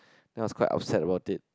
then I was quite upset about it